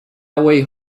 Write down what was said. away